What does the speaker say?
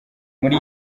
muri